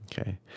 Okay